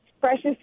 precious